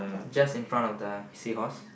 just in front of the seahorse